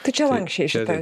tai čia lanksčiai šitą